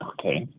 Okay